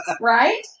right